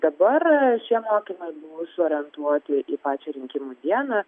dabar šie mokymai buvo suorientuoti į pačią rinkimų dieną